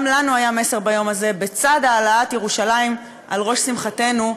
גם לנו היה מסר ביום הזה: בצד העלאת ירושלים על ראש שמחתנו,